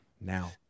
now